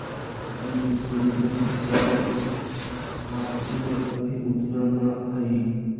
Atal pension Yojana के हिसाब से आपकी उम्र अभी उतना न हई